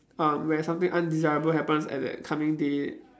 um where something undesirable happens at that upcoming day